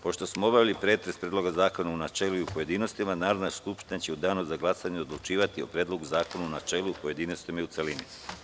Pošto smo obavili pretres Predloga zakona u načelu i u pojedinostima, Narodna skupština će u danu za glasanje odlučivati o Predlogu zakona u načelu, u pojedinostima i u celini.